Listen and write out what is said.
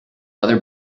other